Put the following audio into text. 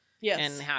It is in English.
yes